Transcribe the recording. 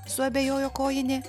suabejojo kojinė